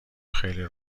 خیلی